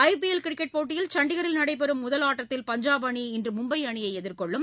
ஐ P L cricket போட்டியில் சண்டிகரில் நடைபெறும் முதல் ஆட்டத்தில் பஞ்சாப் அணி மும்பை அணியை எதிர்கொள்கிறது